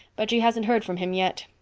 but she hasn't heard from him yet.